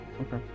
Okay